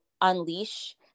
unleash